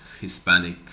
Hispanic